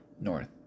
north